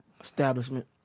establishment